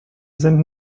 sind